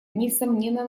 несомненно